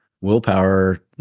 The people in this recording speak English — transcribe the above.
willpower